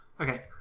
Okay